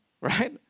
Right